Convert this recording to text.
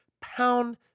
pound